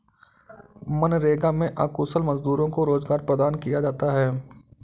मनरेगा में अकुशल मजदूरों को रोजगार प्रदान किया जाता है